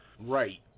Right